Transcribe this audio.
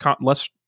less